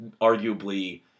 arguably